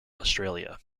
australia